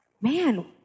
Man